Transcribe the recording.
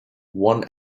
one